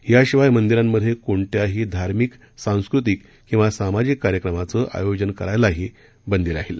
याशिवाय मंदीरांमधे कोणत्याही धार्मिक सांस्कृतिक किंवा सामाजिक कार्यक्रमाचं आयोजन करायलाही बंदी केली आहे